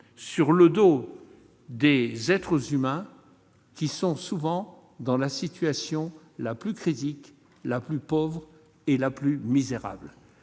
sur le dos d'êtres humains, qui sont souvent dans la situation la plus critique et la plus misérable.